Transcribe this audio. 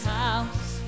house